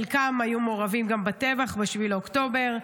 שחלקם היו מעורבים בטבח ב-7 באוקטובר.